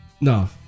no